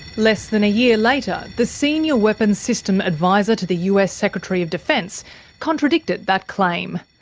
less than a year later the senior weapons system adviser to the us secretary of defence contradicted that claim.